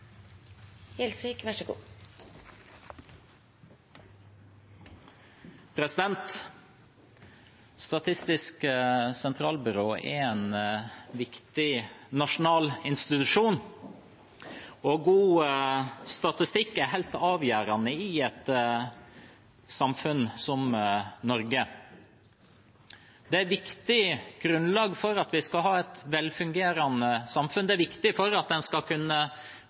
viktig nasjonal institusjon, og god statistikk er helt avgjørende i et samfunn som Norge. Det er et viktig grunnlag for at vi skal ha et velfungerende samfunn, det er viktig for at en skal kunne